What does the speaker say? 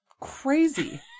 crazy